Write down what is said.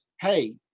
hey